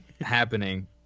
happening